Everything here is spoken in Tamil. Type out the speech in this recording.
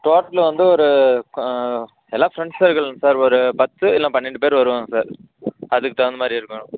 டோட்லு வந்து ஒரு எல்லாம் ஃபிரண்ட்ஸ் சர்குளுங்க சார் ஒரு பத்து பன்னென்டு பேர் வருவாங்க சார் அதுக்கு தகுத்தமாதிரி இருக்கணும்